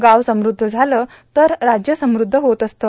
गाव समृद्ध झाले तर राज्य समृद्ध होत असते